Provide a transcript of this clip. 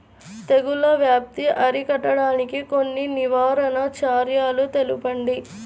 తెగుళ్ల వ్యాప్తి అరికట్టడానికి కొన్ని నివారణ చర్యలు తెలుపండి?